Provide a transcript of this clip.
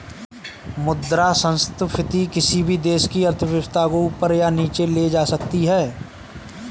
मुद्रा संस्फिति किसी भी देश की अर्थव्यवस्था को ऊपर या नीचे ले जा सकती है